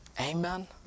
Amen